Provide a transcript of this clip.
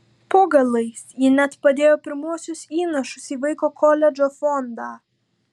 po galais ji net padėjo pirmuosius įnašus į vaiko koledžo fondą